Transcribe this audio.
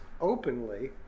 openly